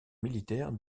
militaire